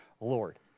Lord